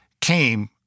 came